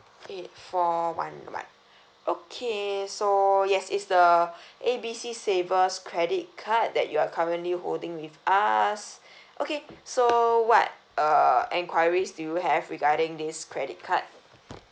eight four one one okay so yes it's the A B C savers credit card that you are currently holding with us okay so what uh enquiries do you have regarding this credit card